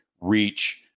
Reach